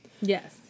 Yes